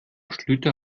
schlüter